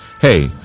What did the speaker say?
Hey